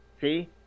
see